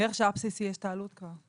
בערך השעה הבסיסי יש את העלות כבר.